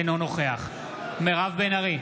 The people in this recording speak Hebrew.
אינו נוכח מירב בן ארי,